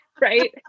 right